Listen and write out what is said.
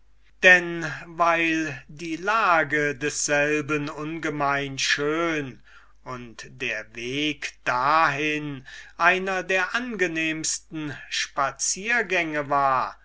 denn weil die lage desselben ungemein schön und der weg dahin einer der angenehmsten spaziergänge war